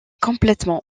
complètement